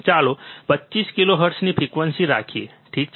ચાલો 25 કિલોહર્ટ્ઝની ફ્રીક્વન્સી રાખીએ ઠીક છે